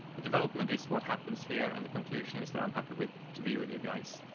the development is what happens here. and the conclusion is that i'm happy with to be with you guys.